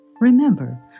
Remember